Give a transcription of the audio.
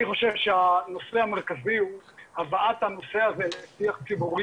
אני חושב שהנושא המרכזי הוא הבאת הנושא הזה לשיח ציבורי